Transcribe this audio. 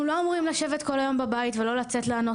אנחנו לא אמורים לשבת כל היום בבית ולא לצאת להנות,